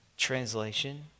translation